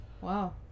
wow